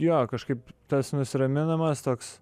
jo kažkaip tas nusiraminimas toks